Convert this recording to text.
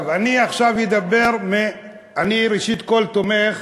ראשית, אני תומך